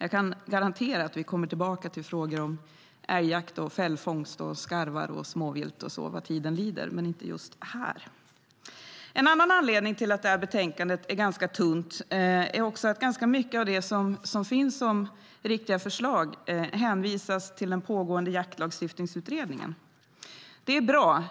Jag kan garantera att vi kommer tillbaka till frågor om älgjakt, fällfångst, skarvar och småvilt vad tiden lider, men inte just här och nu. En annan anledning till att betänkandet är ganska tunt är att ganska mycket av det som finns som riktiga förslag hänvisas till den pågående Jaktlagsutredningen. Det är bra